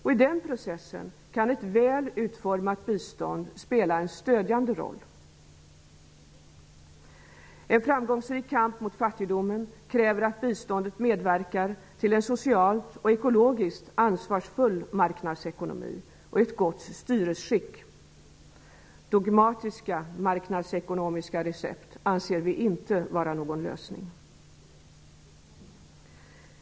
I den processen kan ett väl utformat bistånd spela en stödjande roll. En framgångsrik kamp mot fattigdomen kräver att biståndet medverkar till en socialt och ekologiskt ansvarsfull marknadsekonomi och ett gott styresskick. Dogmatiska marknadsekonomiska recept är enligt vår mening ingen lösning.